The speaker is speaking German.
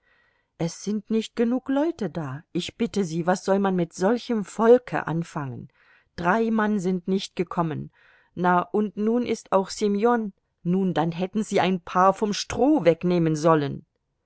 es sind nicht genug leute da ich bitte sie was soll man mit solchem volke anfangen drei mann sind nicht gekommen na und nun ist auch semjon nun dann hätten sie ein paar vom stroh wegnehmen sollen